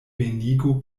venigu